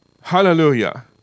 Hallelujah